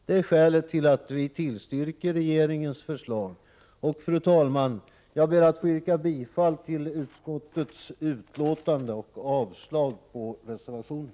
Det är skälet till att vi tillstyrker regeringens förslag. Fru talman! Jag ber att få yrka bifall till utskottets hemställan och avslag på reservationen.